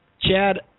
Chad